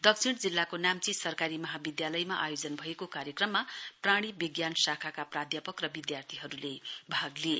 दक्षिण जिल्लाको नाम्ची सरकारी महाविद्यालयमा आयोजना भएको कार्यक्रममा प्राणी विज्ञान शाखाका प्राध्यापक र विद्यार्थीहरूले भाग लिए